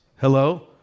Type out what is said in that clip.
Hello